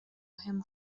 him